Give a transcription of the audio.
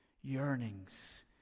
yearnings